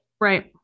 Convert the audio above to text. Right